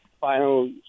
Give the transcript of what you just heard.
final